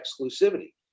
exclusivity